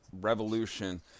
revolution